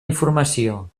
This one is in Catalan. informació